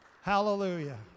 Hallelujah